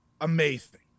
amazing